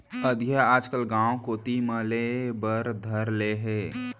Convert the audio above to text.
अधिया आजकल गॉंव कोती म लेय बर धर ले हें